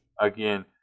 Again